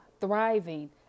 thriving